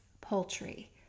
poultry